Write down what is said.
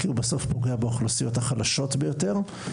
כי בסוף הוא פוגע באוכלוסיות החלשות ביותר.